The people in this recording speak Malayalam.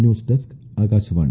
news desk Akashvani